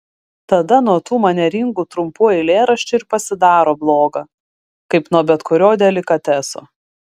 tada nuo tų manieringų trumpų eilėraščių ir pasidaro bloga kaip nuo bet kurio delikateso